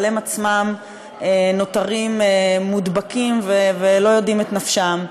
אבל הם עצמם נותרים מודבקים ולא יודעים את נפשם.